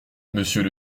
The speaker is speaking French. monsieur